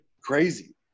crazy